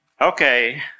Okay